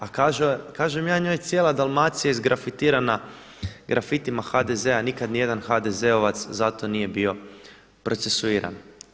A kažem ja njoj cijela Dalmacija izgrafitirana grafitima HDZ-a nikada nijedan HDZ-ovac zato nije bio procesuiran.